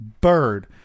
bird